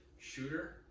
Shooter